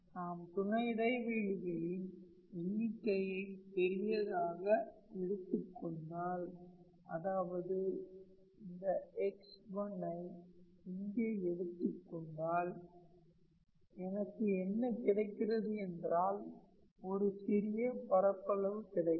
நான் துணை இடைவெளிகளின் எண்ணிக்கையை பெரியதாக எடுத்து கொண்டால் அதாவது இந்த x1ஐ இங்கே எடுத்து கொண்டால் எனக்கு என்ன கிடைக்கிறது என்றால் ஒரு சிறிய பரப்பளவு கிடைக்கும்